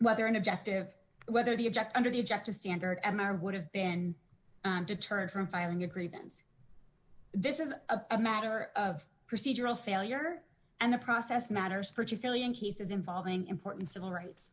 whether an objective whether the object under the objective standard m r would have been deterred from filing a grievance this is a matter of procedural failure and the process matters particularly in cases involving important civil rights